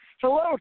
Hello